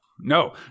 No